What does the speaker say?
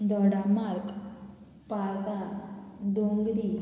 Dodamarg Parra Dongri